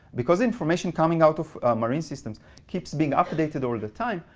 because information coming out of marine systems keeps being updated all the time,